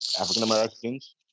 African-Americans